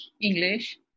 English